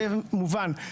זה מובן.